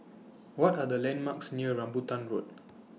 What Are The landmarks near Rambutan Road